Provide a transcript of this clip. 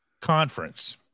conference